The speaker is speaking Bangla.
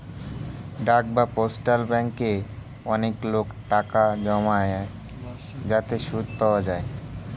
ডাক বা পোস্টাল ব্যাঙ্কে অনেক লোক টাকা জমায় যাতে সুদ পাওয়া যায়